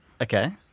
Okay